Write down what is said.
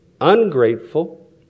ungrateful